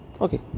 Okay